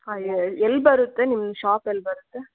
ಎಲ್ಲಿ ಬರುತ್ತೆ ನಿಮ್ಮ ಶಾಪ್ ಎಲ್ಲಿ ಬರುತ್ತೆ